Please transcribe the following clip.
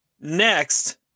Next